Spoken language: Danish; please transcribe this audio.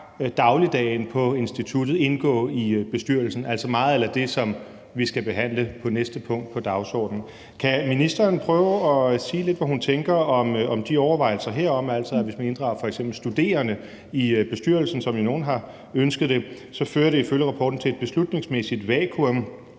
dagligdagen på instituttet indgå i bestyrelsen, altså meget a la det, som vi skal behandle i det næste punkt på dagsordenen. Kan ministeren prøve at sige lidt om, hvad hun tænker om de her overvejelser, altså om, at det, hvis man f.eks. inddrager studerende i bestyrelsen, som nogle jo har ønsket det, ifølge rapporten fører til et beslutningsmæssigt vakuum,